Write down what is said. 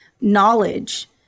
knowledge